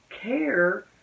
care